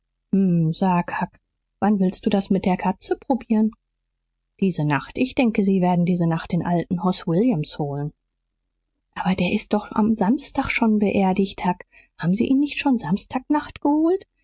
sag huck wann willst du das mit der katze probieren diese nacht ich denke sie werden diese nacht den alten hoss williams holen aber der ist doch am samstag schon beerdigt huck haben sie ihn nicht schon samstag nacht geholt